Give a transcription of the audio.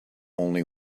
only